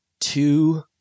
two